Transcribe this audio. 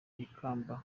ikamba